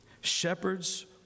shepherds